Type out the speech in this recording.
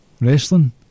wrestling